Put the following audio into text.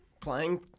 playing